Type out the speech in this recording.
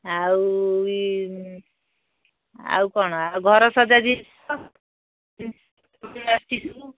ଆଉ ଆଉ କ'ଣ ଆଉ ଘର ସଜା ଜିନିଷ ଆସିଛି ସବୁ